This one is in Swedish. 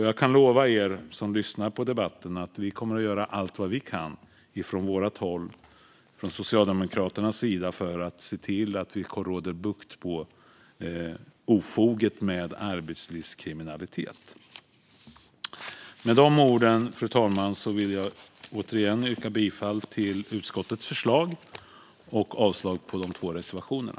Jag kan lova er som lyssnar på debatten att vi kommer att göra allt vad vi kan från Socialdemokraterna för att få bukt med ofoget med arbetslivskriminalitet. Fru talman! Jag yrkar än en gång bifall till utskottets förslag och avslag på de två reservationerna.